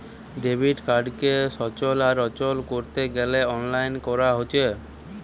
debit কার্ডকে সচল আর অচল কোরতে গ্যালে অনলাইন কোরা হচ্ছে